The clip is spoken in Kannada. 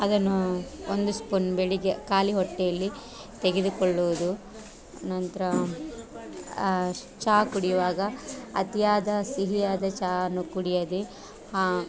ಅದನ್ನು ಒಂದು ಸ್ಪೂನ್ ಬೆಳಿಗ್ಗೆ ಖಾಲಿ ಹೊಟ್ಟೆಯಲ್ಲಿ ತೆಗೆದುಕೊಳ್ಳುವುದು ನಂತರ ಚಾ ಕುಡಿಯುವಾಗ ಅತಿಯಾದ ಸಿಹಿಯಾದ ಚಾವನ್ನು ಕುಡಿಯದೆ